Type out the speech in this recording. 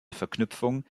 verknüpfung